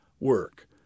work